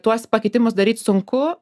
tuos pakitimus daryt sunku